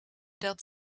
dat